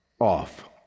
off